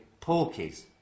porkies